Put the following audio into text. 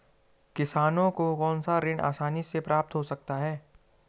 किसानों को कौनसा ऋण आसानी से प्राप्त हो सकता है?